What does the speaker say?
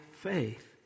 faith